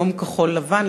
יום כחול-לבן,